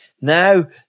Now